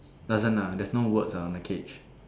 doesn't lah there's no words ah on the cage